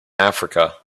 africa